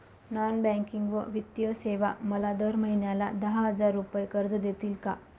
Non banking व वित्तीय सेवा मला दर महिन्याला दहा हजार रुपये कर्ज देतील का?